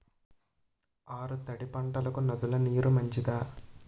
ఆరు తడి పంటలకు నదుల నీరు మంచిదా?